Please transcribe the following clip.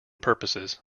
purposes